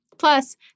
Plus